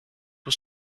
was